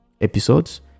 episodes